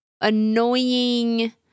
annoying